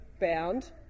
bound